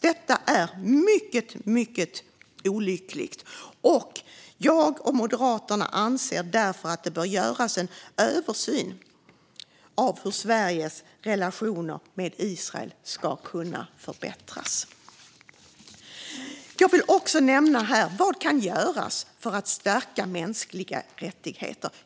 Detta är mycket olyckligt, och jag och Moderaterna anser därför att det bör göras en översyn av hur Sveriges relationer med Israel ska kunna förbättras. Jag vill också här nämna vad som kan göras för att stärka mänskliga rättigheter.